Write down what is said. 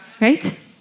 Right